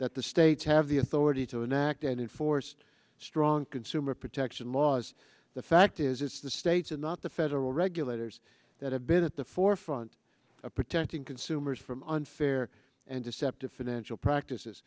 that the states have the authority to enact and enforce strong consumer protection laws the fact is it's the states and not the federal regulators that have been at the forefront of protecting consumers from unfair and deceptive financial practices